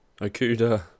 Okuda